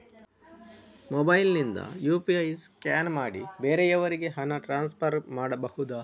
Mobile ನಿಂದ UPI scan ಮಾಡಿ ಬೇರೆಯವರಿಗೆ ಹಣ ಟ್ರಾನ್ಸ್ಫರ್ ಮಾಡಬಹುದ?